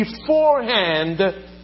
beforehand